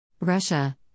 Russia